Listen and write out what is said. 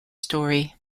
story